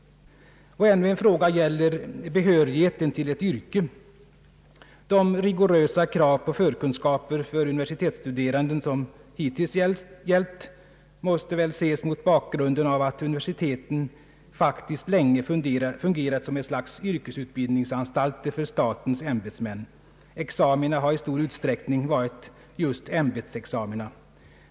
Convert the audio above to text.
Ännu en fråga gäller behörigheten till ett yrke. De rigorösa kraven på förkunskaper för universitetsstude rande som hittills gällt måste ses mot bakgrunden av att universiteten ju faktiskt länge fungerat som ett slags yrkesutbildningsanstalter för statens ämbetsmän; examina har i stor utsträckning varit just ämbetsexamina.